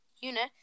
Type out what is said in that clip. unit